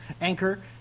Anchor